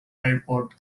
airport